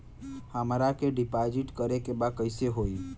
हमरा के डिपाजिट करे के बा कईसे होई?